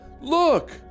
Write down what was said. Look